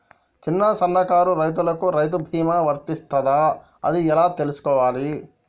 చిన్న సన్నకారు రైతులకు రైతు బీమా వర్తిస్తదా అది ఎలా తెలుసుకోవాలి?